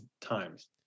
times